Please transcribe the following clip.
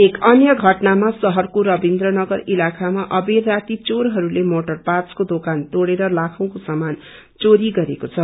एक अन्य घटनामा शहरको रविन्द्र नगर इलाकामा अबेर राती चोरहस्ले मोटर र्पाटसको दोकान तोड़ेर लाखैंको समान चोरी गरेको छ